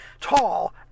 tall